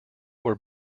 were